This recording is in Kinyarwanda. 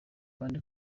kandi